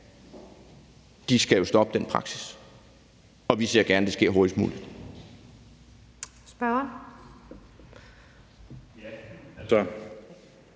skal stoppe den praksis, og vi ser gerne, at det sker hurtigst muligt.